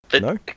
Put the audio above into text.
No